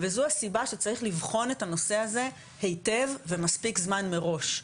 וזו הסיבה שצריך לבחון את הנושא הזה היטב ומספיק זמן מראש,